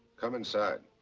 come inside.